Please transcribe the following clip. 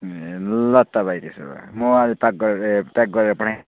ए ल त भाइ त्यसो भए म अब प्याक गरेर प्याक गरेर पठाइदिन्छु